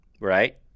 Right